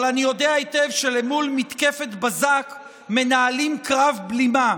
אבל אני יודע היטב שלמול מתקפת בזק מנהלים קרב בלימה,